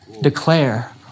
Declare